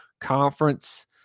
conference